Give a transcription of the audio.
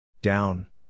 Down